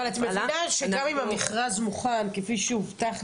את מבינה שגם אם המכרז מוכן כפי שהובטח,